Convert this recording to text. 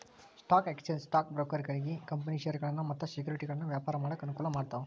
stock exchange stock ಬ್ರೋಕರ್ಗಳಿಗಿ company ಷೇರಗಳನ್ನ ಮತ್ತ ಸೆಕ್ಯುರಿಟಿಗಳನ್ನ ವ್ಯಾಪಾರ ಮಾಡಾಕ ಅನುಕೂಲ ಮಾಡ್ತಾವ